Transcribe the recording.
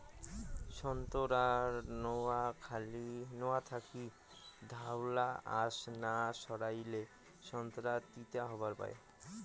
সোন্তোরার নোয়া থাকি ধওলা আশ না সারাইলে সোন্তোরা তিতা হবার পায়